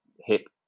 hip